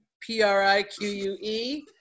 P-R-I-Q-U-E